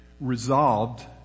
resolved